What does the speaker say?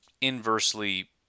inversely